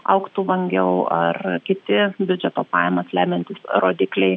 augtų vangiau ar kiti biudžeto pajamas lemiantys rodikliai